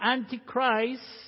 Antichrist